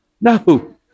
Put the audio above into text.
No